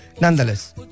nonetheless